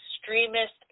extremist